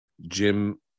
Jim